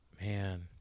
Man